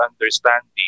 understanding